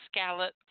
scalloped